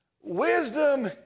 Wisdom